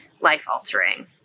life-altering